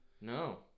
No